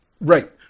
right